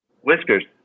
whiskers